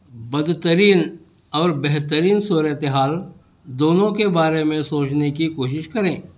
بدترین اور بہترین صورت حال دونوں کے بارے میں سوچنے کی کوشش کریں